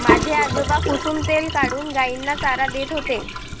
माझे आजोबा कुसुम तेल काढून गायींना चारा देत होते